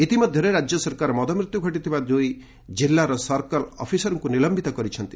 ଇତିମଧ୍ୟରେ ରାଜ୍ୟ ସରକାର ମଦମୃତ୍ୟୁ ଘଟିଥିବା ଦୁଇ ଜିଲ୍ଲାର ସର୍କଲ୍ ଅଫିସରଙ୍କୁ ନିଲମ୍ବିତ କରିଛନ୍ତି